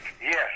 yes